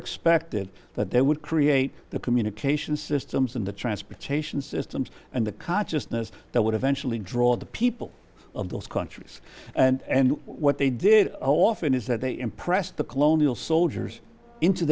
expected that they would create the communication systems and the transportation systems and the consciousness that would eventually draw the people of those countries and what they did often is that they impressed the colonial soldiers into